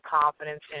confidence